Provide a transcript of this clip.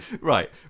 Right